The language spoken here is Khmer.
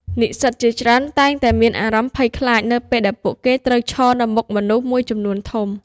និស្សិតជាច្រើនតែងតែមានអារម្មណ៍ភ័យព្រួយនៅពេលដែលពួកគេត្រូវឈរនៅមុខមនុស្សមួយចំនួនធំ។